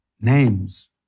names